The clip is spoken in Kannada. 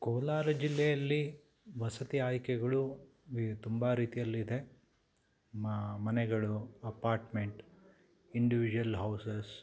ಕೋಲಾರ ಜಿಲ್ಲೆಯಲ್ಲಿ ವಸತಿ ಆಯ್ಕೆಗಳು ತುಂಬ ರೀತಿಯಲ್ಲಿದೆ ಮನೆಗಳು ಅಪಾರ್ಟ್ಮೆಂಟ್ ಇಂಡಿವಿಜುವಲ್ ಹೌಸಸ್